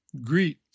greet